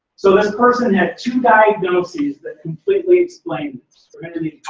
so this person had two diagnoses that completely explained